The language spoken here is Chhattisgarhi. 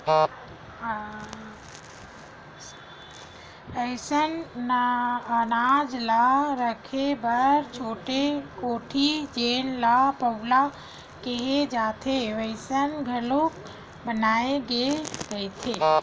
असइन अनाज ल राखे बर छोटे कोठी जेन ल पउला केहे जाथे वइसन घलोक बनाए गे रहिथे